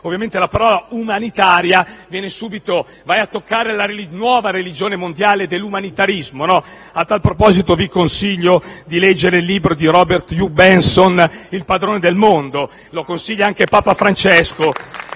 toccata la parola «umanitaria» si va a toccare la nuova religione mondiale dell'umanitarismo (a tal proposito, vi consiglio di leggere il libro di Robert Hugh Benson «Il padrone del mondo», che consiglia anche Papa Francesco),